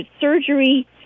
Surgery